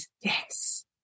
Yes